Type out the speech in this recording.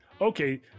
okay